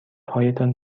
هایتان